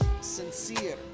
sincere